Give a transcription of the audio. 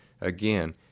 again